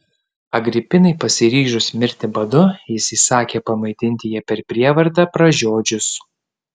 agripinai pasiryžus mirti badu jis įsakė pamaitinti ją per prievartą pražiodžius